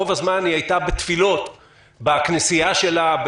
רוב הזמן היא הייתה בתפילות בכנסיה שלה,